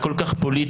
הכל כך פוליטי.